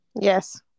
Yes